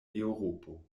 eŭropo